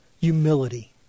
Humility